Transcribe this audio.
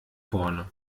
vorne